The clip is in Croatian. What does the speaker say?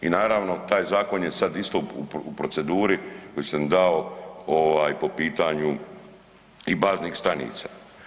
I naravno taj zakon je sada isto u proceduri koji sam dao po pitanju tih baznih stanica.